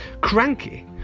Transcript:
Cranky